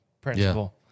principle